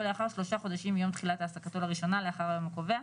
לאחר שלושה חודשים מיום תחילת העסקתו לראשונה לאחר היום הקובע,